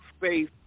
faith